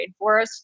rainforest